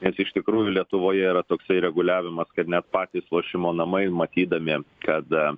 nes iš tikrųjų lietuvoje yra toksai reguliavimas kad net patys lošimo namai matydami kad